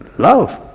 love,